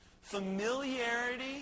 Familiarity